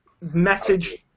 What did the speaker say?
message